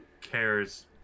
Care's